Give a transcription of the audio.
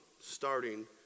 starting